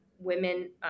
Women